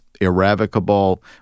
irrevocable